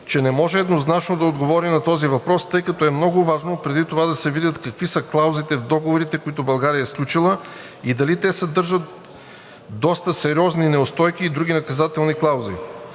че не може еднозначно да отговори на този въпрос, тъй като е много важно преди това да се видят какви са клаузите в договорите, които България е сключила, и дали те съдържат доста сериозни неустойки и други наказателни клаузи.